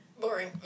Boring